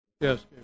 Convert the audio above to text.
Yes